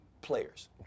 players